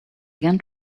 again